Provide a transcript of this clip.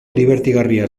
dibertigarria